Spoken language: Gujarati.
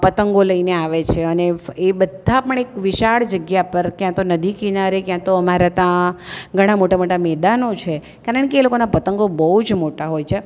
પતંગો લઈને આવે છે અને એ બધા પણ એક વિશાળ જગ્યા પર ક્યાં તો નદી કિનારે ક્યાં તો અમારા ત્યાં ઘણા મોટાં મોટાં મેદાનો છે કારણ કે એ લોકોના પતંગો બહુ જ મોટા હોય છે